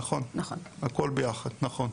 נכון, הכל ביחד נכון.